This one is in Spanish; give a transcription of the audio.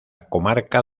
comarca